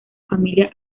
familia